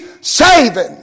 saving